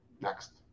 next